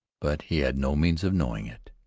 but he had no means of knowing it.